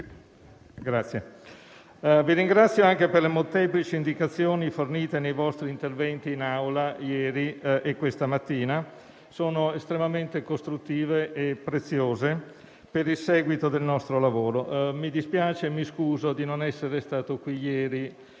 resilienza. Vi ringrazio anche per le molteplici indicazioni fornite nei vostri interventi sia ieri sia questa mattina; sono estremamente costruttive e preziose per il seguito del nostro lavoro. Mi dispiace e mi scuso di non essere stato qui ieri